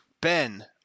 Ben